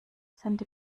sandy